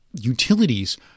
utilities